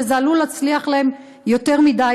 וזה עלול להצליח להם יותר מדי,